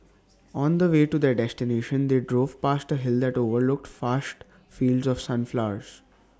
on the way to their destination they drove past A hill that overlooked vast fields of sunflowers